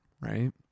right